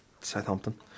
Southampton